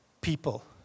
people